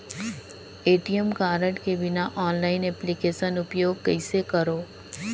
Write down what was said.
ATM card के बिना online application उपयोग कइसे करो?